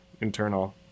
internal